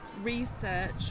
research